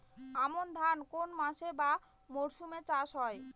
আমন ধান কোন মাসে বা মরশুমে চাষ হয়?